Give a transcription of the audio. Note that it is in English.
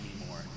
anymore